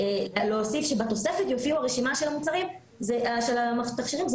להוסיף שבתוספת יופיעו רשימה של תכשירים זה